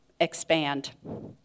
expand